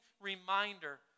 reminder